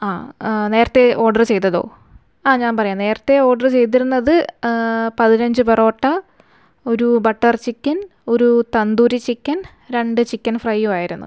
ആ നേരത്തെ ഓര്ഡറ് ചെയ്തതോ ആ ഞാന് പറയാം നേരത്തെ ഓര്ഡര് ചെയ്തിരുന്നത് പതിനഞ്ച് പൊറോട്ട ഒരു ബട്ടര് ചിക്കന് ഒരു തന്തൂരി ചിക്കന് രണ്ട് ചിക്കന് ഫ്രൈയുമായിരുന്നു